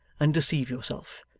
and deceive yourself.